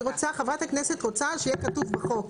חברת הכנסת רוצה שיהיה כתוב בחוק.